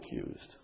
accused